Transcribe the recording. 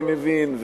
אני מבין,